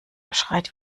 schreit